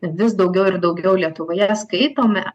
vis daugiau ir daugiau lietuvoje skaitome